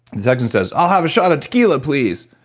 the texan says, i'll have a shot of tequila please!